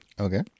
Okay